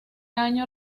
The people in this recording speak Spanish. año